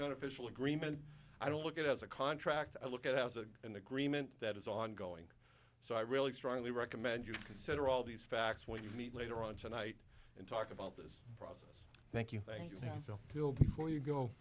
beneficial agreement i don't look at it as a contract i look at it as a an agreement that is ongoing so i really strongly recommend you consider all these facts when you meet later on tonight and talk about this thank you thank you so before you go